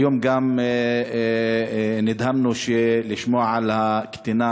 היום גם נדהמנו לשמוע על הקטינה,